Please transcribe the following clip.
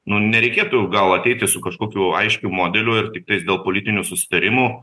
nu nereikėtų gal ateiti su kažkokiu aiškiu modeliu ir tiktais dėl politinių susitarimų